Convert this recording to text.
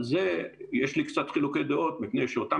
על זה יש לי קצת חילוקי דעות מפני שאותן